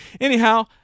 anyhow